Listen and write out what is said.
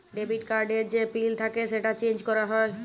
debit card এর যে pin থাক্যে সেটা চেঞ্জ ক্যরা যায়